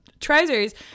Trousers